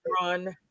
run